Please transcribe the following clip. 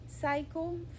cycle